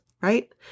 right